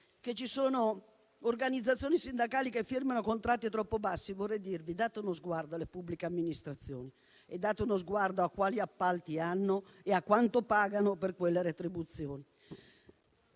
che ci sono organizzazioni sindacali che firmano contratti troppo bassi, vorrei dirvi: date uno sguardo alle pubbliche amministrazioni, date uno sguardo a quali appalti hanno e a quanto pagano per quelle retribuzioni.